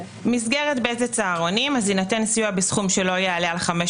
מסגרת ב' זה צהרונים יינתן סיוע בסכום שלא יעלה על 500